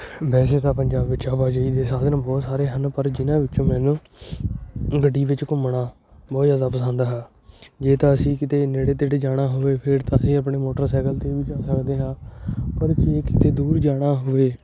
ਵੈਸੇ ਤਾਂ ਪੰਜਾਬ ਵਿੱਚ ਆਵਾਜਾਈ ਦੇ ਸਾਧਨ ਬਹੁਤ ਸਾਰੇ ਹਨ ਪਰ ਜਿਨ੍ਹਾਂ ਵਿੱਚੋਂ ਮੈਨੂੰ ਗੱਡੀ ਵਿੱਚ ਘੁੰਮਣਾ ਬਹੁਤ ਜ਼ਿਆਦਾ ਪਸੰਦ ਹੈ ਜੇ ਤਾਂ ਅਸੀਂ ਕਿਤੇ ਨੇੜੇ ਤੇੜੇ ਜਾਣਾ ਹੋਵੇ ਫਿਰ ਤਾਂ ਅਸੀਂ ਆਪਣੇ ਮੋਟਰਸਾਈਕਲ 'ਤੇ ਵੀ ਜਾ ਸਕਦੇ ਹਾਂ ਪਰ ਜੇ ਕਿਤੇ ਦੂਰ ਜਾਣਾ ਹੋਵੇ